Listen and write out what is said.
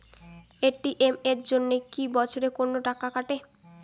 ATM এর জন্যে কি বছরে কোনো টাকা কাটে?